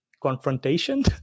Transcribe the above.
Confrontation